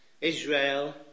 Israel